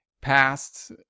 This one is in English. past